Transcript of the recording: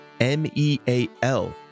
M-E-A-L